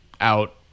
out